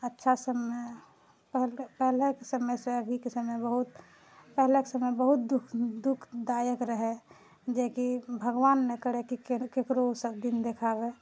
अच्छा समय पहले पहलेके समयसँ अभीके समय बहुत पहिलेके समय बहुत दुःख दुःखदायक रहै जेकि भगबान नहि करै कि केकरो ई सभ दिन देखाबए